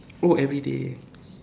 oh everyday